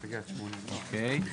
אוקיי.